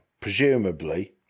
Presumably